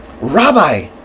Rabbi